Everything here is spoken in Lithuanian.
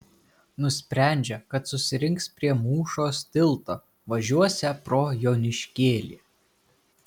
nusprendžia kad susirinks prie mūšos tilto važiuosią pro joniškėlį